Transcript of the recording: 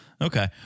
Okay